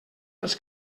dels